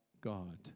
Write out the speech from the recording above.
God